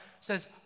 says